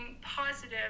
positive